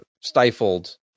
stifled